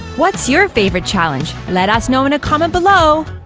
what's your favourite challenge? let us know in a comment below.